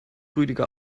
rüdiger